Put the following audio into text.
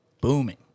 booming